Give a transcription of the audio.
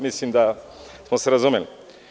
Mislim da smo se razumeli.